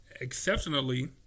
exceptionally